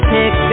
Pick